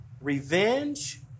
revenge